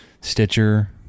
Stitcher